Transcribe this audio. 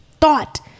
thought